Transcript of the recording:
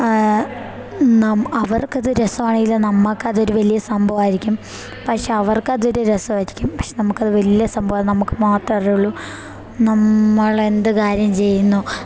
നം അവർക്കത് രസമാണെങ്കിൽ നമ്മൾക്കതൊരു വലിയ സംഭവമായിരിക്കും പക്ഷേ അവർക്കതൊരു രസമായിരിക്കും പക്ഷെ നമുക്കത് വലിയ സംഭവമാണ് നമുക്ക് മാത്രമേ അറിയുള്ളൂ നമ്മളെന്തു കാര്യം ചെയ്യുന്നു